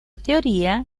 teoría